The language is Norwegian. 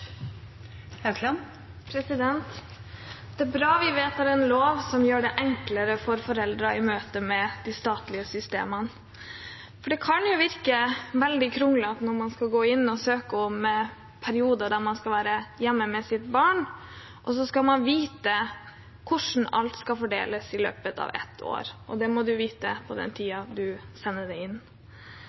bra at vi vedtar en lov som gjør det enklere for foreldrene i møte med de statlige systemene, for det kan jo virke veldig kronglete at man, når man skal gå inn og søke om perioder der man skal være hjemme med sitt barn, skal vite hvordan alt skal fordeles i løpet av ett år, og det må man vite på den tiden man sender det inn.